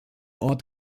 ort